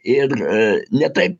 ir ne taip